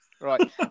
right